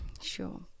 Sure